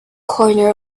corner